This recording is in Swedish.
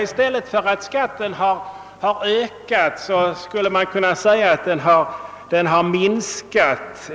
I stället för att skatten på spelvinster ökat har den minskat.